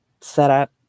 setup